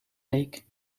week